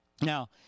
Now